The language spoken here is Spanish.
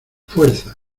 fuerza